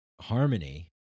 harmony